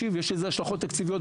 יש לזה השלכות תקציביות,